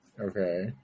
Okay